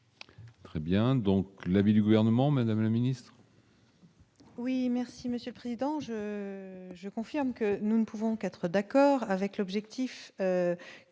Très bien, donc l'avis du gouvernement, Madame la Ministre. Oui, merci Monsieur le Président, je, je confirme que nous ne pouvons 4 d'accord avec l'objectif.